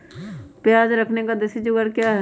प्याज रखने का देसी जुगाड़ क्या है?